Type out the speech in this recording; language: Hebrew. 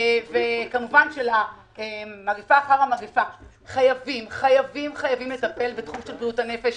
כמובן שלמגפה שלאחר המגפה חייבים לטפל בתחום בריאות הנפש.